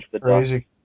crazy